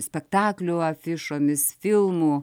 spektaklių afišomis filmų